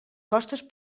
costes